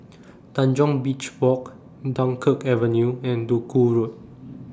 Tanjong Beach Walk Dunkirk Avenue and Duku Road